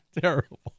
terrible